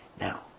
Now